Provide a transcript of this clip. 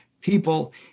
people